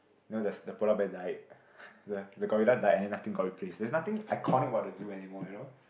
no there's the polar bear died the the gorilla died and then nothing got replaced there's nothing iconic about the zoo anymore you know